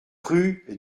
rue